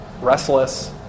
restless